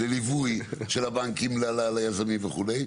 לליווי של הבנקים ליזמים וכו'.